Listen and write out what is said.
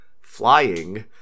Flying